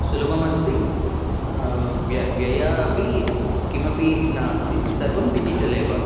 सुलभमस्ति व्य व्ययः अपि किमपि नास्ति सर्वं डिजिटलेव